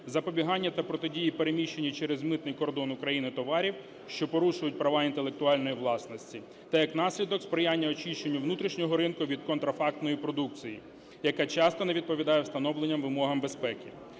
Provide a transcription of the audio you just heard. запобігання та протидії переміщенню через митний кордон України товарів, що порушують права інтелектуальної власності та, як наслідок, сприянню очищенню внутрішнього ринку від контрафактної продукції, яка часто не відповідає встановленням вимогам безпеки.